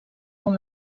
com